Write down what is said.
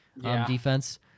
defense